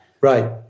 right